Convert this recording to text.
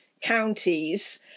counties